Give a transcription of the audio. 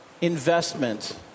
investment